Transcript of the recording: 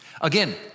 Again